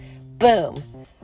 boom